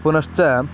पुनश्च